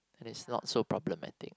is not so problematic